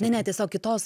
ne ne tiesiog kitos